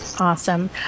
Awesome